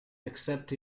except